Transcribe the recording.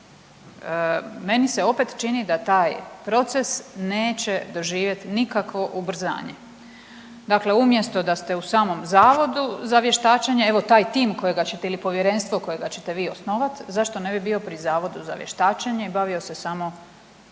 meni se opet čini da taj proces neće doživjeti nikakvo ubrzanje. Dakle, umjesto da ste u samom Zavodu za vještačenje, evo taj tim kojega ćete ili povjerenstvo kojega ćete vi osnovati zašto ne bi bio pri Zavodu za vještačenje i bavio se samo potrebama